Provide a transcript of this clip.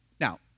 Now